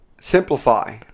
simplify